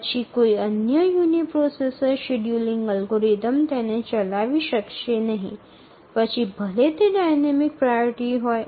তারপরে অন্য কোনও ইউনি প্রসেসর শিডিয়ুলিং অ্যালগরিদম এটি চালাতে পারে না এটি গতিশীল অগ্রাধিকার বা স্থির অগ্রাধিকার হয়